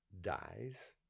dies